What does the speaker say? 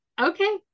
Okay